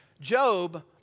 Job